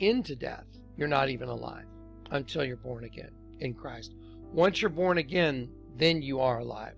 into death you're not even a line until you're born again in christ once you're born again then you are alive